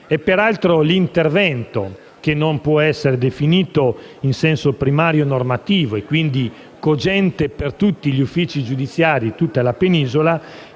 Peraltro, l'intervento, che non può essere definito in senso primario normativo e quindi cogente per tutti gli uffici giudiziari di tutta la penisola,